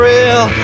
Real